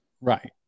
Right